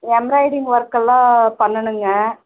embroidering ஒர்க்கெல்லாம் பண்ணணுங்க